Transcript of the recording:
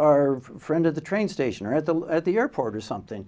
our friend of the train station or at the at the airport or something